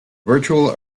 virtual